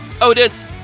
Otis